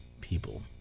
people